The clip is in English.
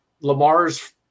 Lamar's